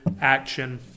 action